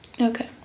Okay